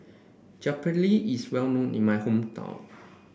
Japchae is well known in my hometown